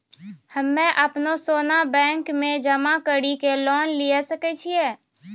हम्मय अपनो सोना बैंक मे जमा कड़ी के लोन लिये सकय छियै?